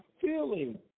feeling